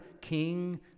king